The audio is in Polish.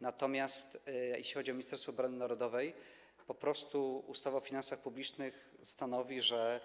Natomiast jeśli chodzi o Ministerstwo Obrony Narodowej, to po prostu ustawa o finansach publicznych stanowi, że